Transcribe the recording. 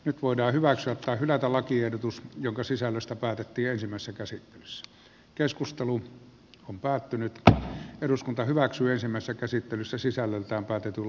nyt voidaan hyväksyä tai hylätä lakiehdotus jonka sisällöstä päätettiin ensimmäisessä käsittelyssä sisällöltään päätetyn